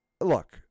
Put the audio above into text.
Look